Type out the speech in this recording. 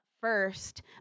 first